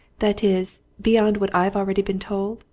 that is beyond what i've already been told?